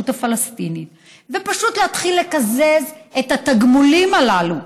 הפלסטינית ופשוט להתחיל לקזז את התגמולים הללו,